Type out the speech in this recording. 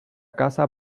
casa